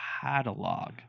catalog